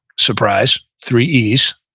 surprise, three e's,